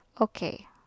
okay